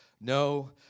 No